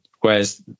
whereas